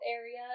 area